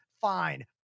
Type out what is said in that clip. fine